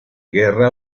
guerra